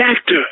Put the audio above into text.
actor